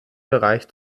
bereich